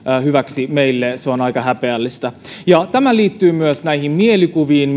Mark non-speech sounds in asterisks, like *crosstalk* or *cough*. hyväksi meille se on aika häpeällistä tämä liittyy myös näihin mielikuviin *unintelligible*